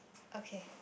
okay